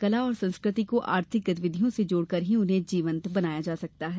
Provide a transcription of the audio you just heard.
कला और संस्कृति को आर्थिक गतिविधियों से जोड़कर ही उन्हें जीवंत बनाया जा सकता है